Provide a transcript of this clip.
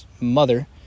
mother